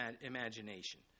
imagination